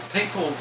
people